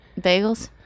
Bagels